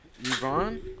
Yvonne